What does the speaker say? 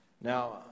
Now